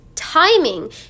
timing